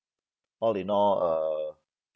all in all err